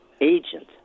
agent